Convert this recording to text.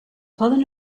poden